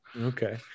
Okay